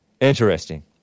Interesting